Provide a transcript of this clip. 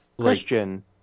Christian